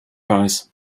weiß